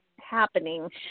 happening